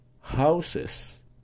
houses